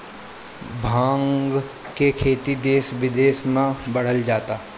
भाँग के खेती देस बिदेस में बढ़ल जाता